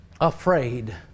Afraid